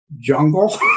jungle